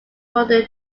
modern